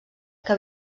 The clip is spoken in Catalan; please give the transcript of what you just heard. que